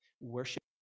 worship